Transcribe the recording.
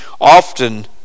often